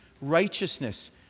righteousness